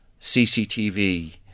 CCTV